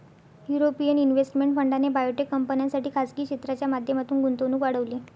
European investment फंडाने biotech कंपन्यांसाठी खासगी क्षेत्राच्या माध्यमातून गुंतवणूक वाढवली